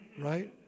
right